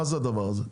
מה זה הדבר הזה,